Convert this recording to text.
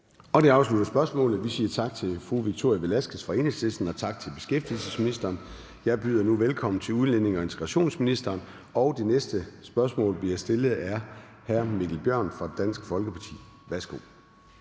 Det afslutter spørgsmålet. Vi siger tak til fru Victoria Velasquez fra Enhedslisten og tak til beskæftigelsesministeren. Jeg byder nu velkommen til udlændinge- og integrationsministeren. Det næste spørgsmål bliver stillet af hr. Mikkel Bjørn fra Dansk Folkeparti. Kl.